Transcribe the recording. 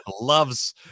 Loves